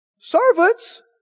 Servants